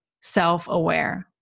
self-aware